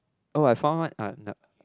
oh I found one uh no